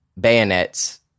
bayonets